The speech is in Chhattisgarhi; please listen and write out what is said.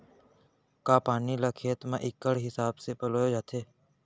का पानी ला खेत म इक्कड़ हिसाब से पलोय जाथे?